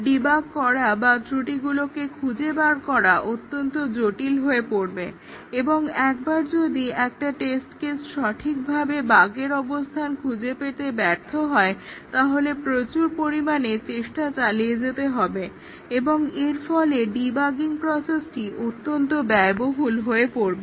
debug করা বা ত্রুটিগুলোকে খুঁজে বের করা অত্যন্ত জটিল হয়ে যাবে এবং একবার যদি একটা টেস্ট কেস সঠিকভাবে বাগের অবস্থান খুঁজে পেতে ব্যর্থ হয় তাহলে প্রচুর পরিমাণে চেষ্টা চালিয়ে যেতে হবে এবং এর ফলে ডিবাগিং প্রসেসটি অত্যন্ত ব্যয়বহুল হয়ে পড়বে